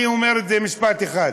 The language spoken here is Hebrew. אני אומר משפט אחד.